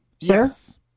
Yes